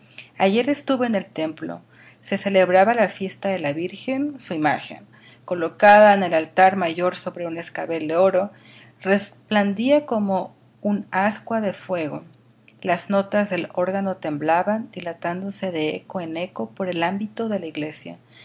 ayer estuve en el templo se celebraba la fiesta de la virgen su imagen colocada en el altar mayor sobre un escabel de oro resplandecía como un ascua de fuego las notas del órgano temblaban dilatándose de eco en eco por el ámbito de la iglesia